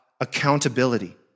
accountability